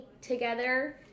together